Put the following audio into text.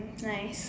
nice